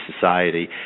society